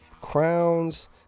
crowns